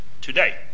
today